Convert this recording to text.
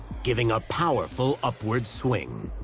giving a powerful upward swing.